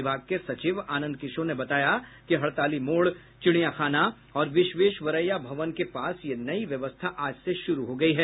विभाग के सचिव आनंद किशोर ने बताया कि हड़ताली मोड़ चिड़ियाखाना और विश्वेश्वरैया भवन के पास यह नई व्यवस्था आज से शुरू हो गयी है